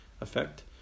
effect